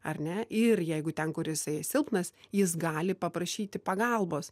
ar ne ir jeigu ten kur esi silpnas jis gali paprašyti pagalbos